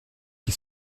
qui